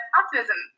optimism